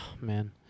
man